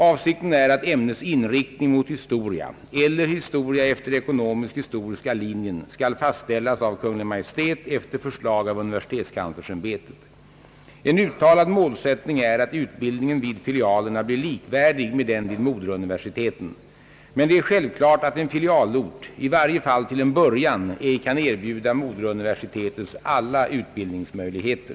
Avsikten är att ämnets inriktning mot historia eller historia efter ekonomisk-historiska linjen skall fastställas av Kungl. Maj:t efter förslag av universitetskanslersämbetet. En uttalad målsättning är att utbildningen vid filialerna blir likvärdig med den vid moderuniversiteten. Men det är självklart att en filialort i varje fall till en början ej kan erbjuda moderuniversitetets alla utbildningsmöjligheter.